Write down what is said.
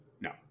No